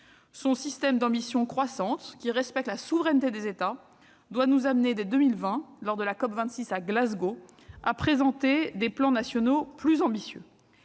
Son système d'ambitions croissantes, qui respecte la souveraineté des États, doit nous amener, dès 2020, lors de la COP26 de Glasgow, à présenter des plans nationaux plus ambitieux.